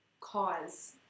cause